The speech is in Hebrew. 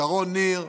שרון ניר,